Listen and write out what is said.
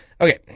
Okay